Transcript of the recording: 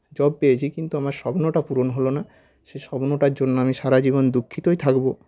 job পেয়েছি কিন্তু আমার স্বপ্নটা পূরণ হল না সে স্বপ্নটার জন্য আমি সারাজীবন দুঃখিতই থাকব